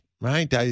right